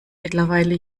mittlerweile